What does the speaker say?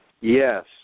Yes